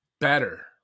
better